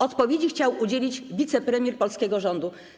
Odpowiedzi chciał udzielić wicepremier polskiego rządu.